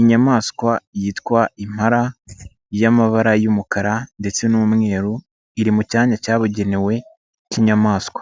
Inyamaswa yitwa impara y'amabara y'umukara ndetse n'umweru iri mu cyanya cyabugenewe K'inyamaswa,